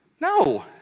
No